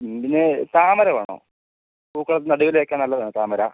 ഉം പിന്നെ താമര വേണോ പൂക്കളത്തിൻ്റെ നടുവിൽ വെക്കാൻ നല്ലതാണ് താമര